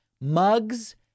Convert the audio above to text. mugs